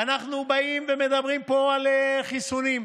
ואנחנו באים ומדברים פה על חיסונים.